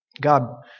God